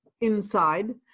inside